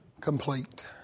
Complete